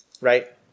right